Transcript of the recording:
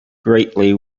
greatly